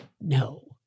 No